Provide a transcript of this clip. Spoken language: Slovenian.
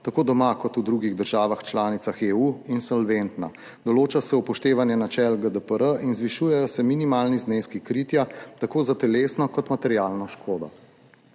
tako doma kot v drugih državah članicah EU, insolventna. Določa se upoštevanje načel GDPR in zvišujejo se minimalni zneski kritja tako za telesno kot materialno škodo.